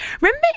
remember